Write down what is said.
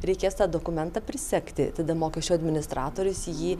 reikės tą dokumentą prisegti tada mokesčių administratorius jį